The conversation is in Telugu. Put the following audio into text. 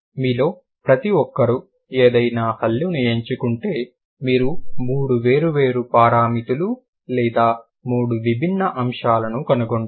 మీలో ప్రతి ఒక్కరు ఏదైనా హల్లును ఎంచుకుంటే మీరు మూడు వేర్వేరు పారామితులు లేదా మూడు విభిన్న అంశాలను కనుగొంటారు